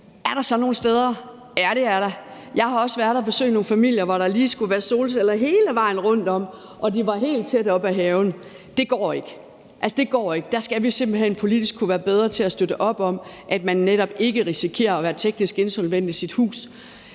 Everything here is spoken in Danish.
Er der så nogle steder? Ja, det er der. Jeg har også været ude at besøge nogle familier, hvor der lige skulle være solceller hele vejen rundt om og helt tæt op ad haven. Det går ikke. Altså, det går ikke. Der skal vi simpelt hen politisk kunne være bedre til at støtte op om det, så man netop ikke risikerer at være teknisk insolvent i sit hus.